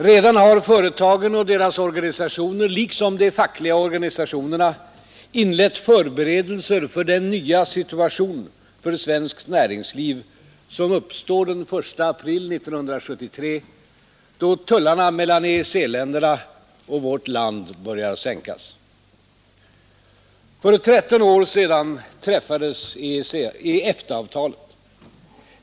Redan har företagen och deras organisationer, liksom de fackliga organisationerna, inlett förberedelser för den nya situation för svenskt näringsliv som uppstår den 1 april 1973, då tullarna mellan EEC-länderna och vårt land börjar sänkas. För tretton år sedan träffades EFTA-avtalet.